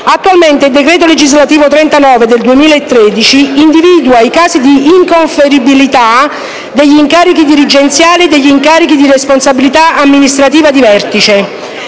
Attualmente, il decreto legislativo n. 39 del 2013 individua i casi di inconferibilità degli incarichi dirigenziali e degli incarichi di responsabilità amministrativa di vertice,